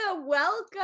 welcome